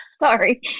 Sorry